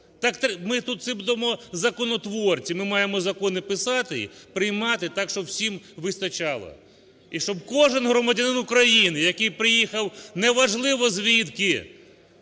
ми тут сидимо законотворці, ми маємо закони писати, приймати так, щоб всім вистачало. І щоб кожен громадянин України, який приїхав, не важливо звідки